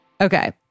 Okay